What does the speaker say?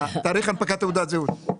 תאריך הנפקת תעודת זהות.